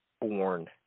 born